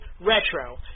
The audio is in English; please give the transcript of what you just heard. Retro